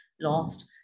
lost